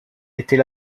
était